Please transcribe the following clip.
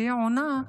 היא עונה: